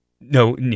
no